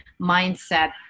mindset